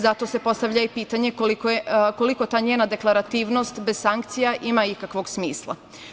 Zato se postavlja i pitanje – kolika ta njena deklarativnost bez sankcija ima ikakvog smisla?